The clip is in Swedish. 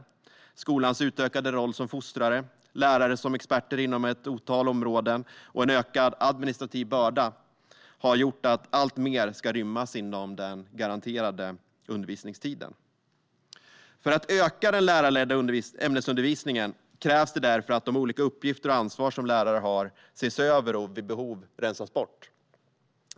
Det handlar om skolans utökade roll som fostrare, om lärare som experter inom ett otal områden och om en ökad administrativ börda. Det har gjort att alltmer ska rymmas inom den garanterade undervisningstiden. För att öka den lärarledda ämnesundervisningen krävs det därför att de olika uppgifter och ansvar som lärare har ses över och vid behov rensas bort.